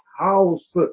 house